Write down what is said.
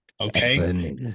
Okay